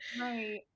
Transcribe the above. right